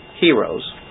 heroes